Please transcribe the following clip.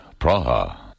Praha